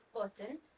person